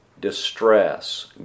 distress